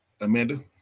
Amanda